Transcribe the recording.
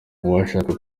uwashaka